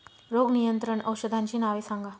रोग नियंत्रण औषधांची नावे सांगा?